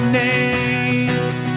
names